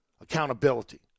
Accountability